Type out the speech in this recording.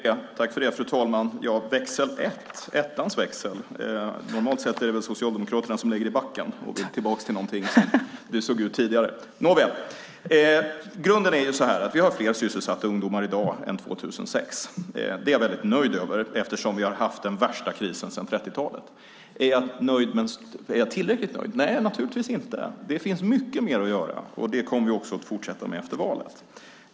Fru talman! När det gäller ettans växel är det väl normalt sett Socialdemokraterna som lägger i backen och vill tillbaka till hur det såg ut tidigare. Grunden är att vi har fler sysselsatta ungdomar i dag än 2006. Det är jag väldigt nöjd över eftersom vi har haft den värsta krisen sedan 30-talet. Är jag tillräckligt nöjd? Nej, det är jag naturligtvis inte. Det finns mycket mer att göra, och det kommer vi också att fortsätta med efter valet.